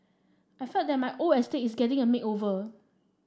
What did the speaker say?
I feel that my old estate is getting a makeover